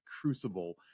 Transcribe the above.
crucible